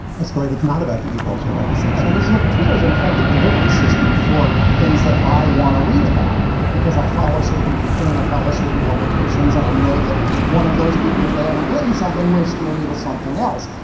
a story that's not about the eagles or about the sex and i mean, look, twitter is an effective delivery system for things that i want to read about because i follow certain people and i follow certain publications. and i know that one of those people, if they haven't written something, will steal me to something else.